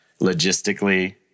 logistically